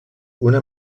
una